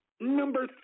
number